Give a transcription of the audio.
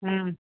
ହୁଁ